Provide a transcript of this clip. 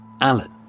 Alan